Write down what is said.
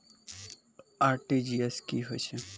RTGS की होय छै?